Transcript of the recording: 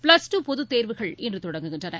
plus two பொதுத் தேர்வுகள் இன்று தொடங்குகின்றன